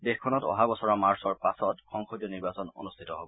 দেশখনত অহা বছৰৰ মাৰ্চৰ পাচত সংসদীয় নিৰ্বাচন অনুষ্ঠিত হ'ব